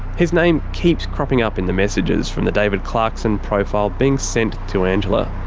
his name keeps cropping up in the messages from the david clarkson profile being sent to angela.